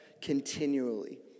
continually